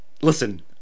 Listen